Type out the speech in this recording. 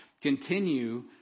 continue